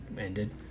ended